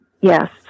Yes